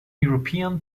european